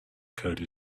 code